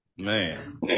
Man